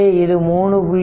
எனவே இது 3